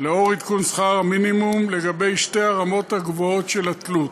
לאור עדכון שכר המינימום לגבי שתי הרמות הגבוהות של התלות.